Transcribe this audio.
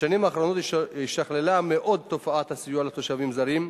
בשנים האחרונות השתכללה מאוד תופעת הסיוע לתושבים זרים,